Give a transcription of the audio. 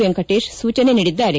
ವೆಂಕಟೇಶ್ ಸೂಜನೆ ನೀಡಿದ್ದಾರೆ